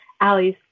allies